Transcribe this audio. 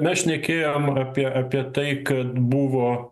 mes šnekėjom apie apie tai kad buvo